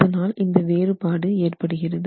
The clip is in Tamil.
அதனால் இந்த வேறுபாடு ஏற்படுகிறது